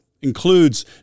includes